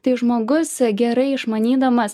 tai žmogus gerai išmanydamas